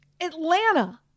atlanta